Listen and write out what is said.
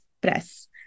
Press